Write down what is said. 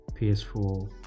ps4